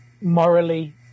morally